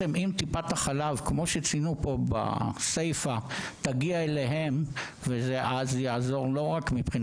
אם טיפת חלב תגיע אל המשפחות זה יעזור לטיפול